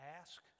ask